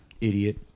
idiot